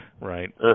right